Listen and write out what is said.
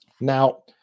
Now